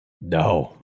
No